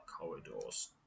corridors